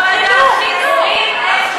ועדת החינוך.